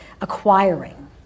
acquiring